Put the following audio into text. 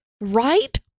Right